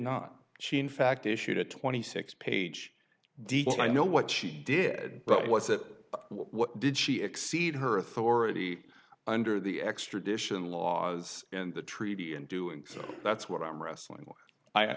not she and fact issued a twenty six page i know what she did what was that what did she exceed her authority under the extradition laws and the treaty and doing so that's what i'm wrestling